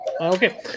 Okay